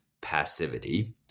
passivity